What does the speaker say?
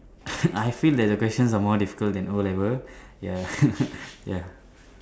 I feel that the questions are more difficult than O-level ya ya